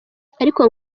ariko